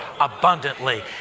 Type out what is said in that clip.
abundantly